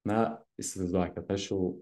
na įsivaizduokit aš jau